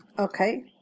Okay